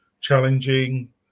challenging